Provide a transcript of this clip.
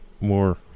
more